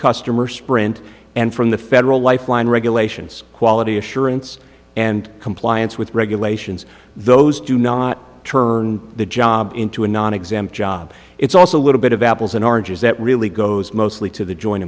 customer sprint and from the federal life line regulations quality assurance and compliance with regulations those do not turn the job into a nonexempt job it's also a little bit of apples and oranges that really goes mostly to the join